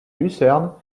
lucerne